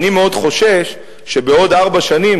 אני מאוד חושש שבעוד ארבע שנים,